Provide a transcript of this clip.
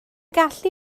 gallu